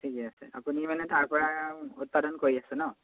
ঠিকে আছে আপুনি মানে তাৰপৰা উৎপাদন কৰি আছে ন